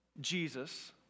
Jesus